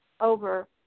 over